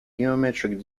geometric